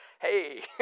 hey